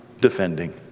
defending